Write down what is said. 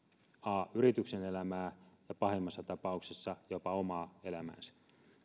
a yrityksen elämää ja pahimmassa tapauksessa jopa b omaa elämäänsä